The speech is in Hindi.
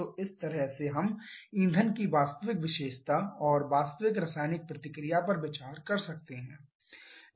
तो इस तरह से हम ईंधन की वास्तविक विशेषता और वास्तविक रासायनिक प्रतिक्रिया पर विचार कर सकते हैं